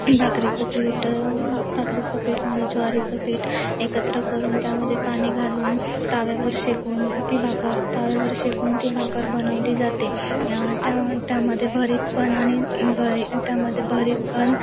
भाकरीचं पीठ भाकरीचं पीठामध्ये ज्वारीचं पीठ एकत्र करून त्यामध्ये पाणी घालून तव्यावर शेकून ती भाकर तव्यावर शेकून ती भाकर बनवली जाते त्या त्यामध्ये भरीत पण आणि भरी त्यामध्ये भरीत पण